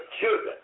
children